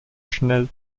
schnell